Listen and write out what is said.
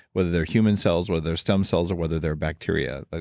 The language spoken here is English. whether they're human cells, whether they're stem cells, or whether they're bacteria, ah